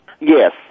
Yes